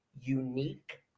unique